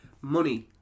money